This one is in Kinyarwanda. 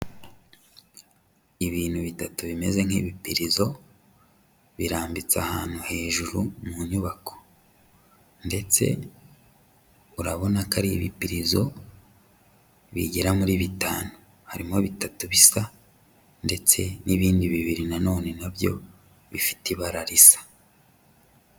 Ibintu bitatu bimeze nk'ibipirizo birambitse ahantu hejuru mu nyubako ndetse urabona ko ari ibipirizo bigera muri bitanu, harimo bitatu bisa ndetse n'ibindi bibiri na none na byo bifite ibara risa.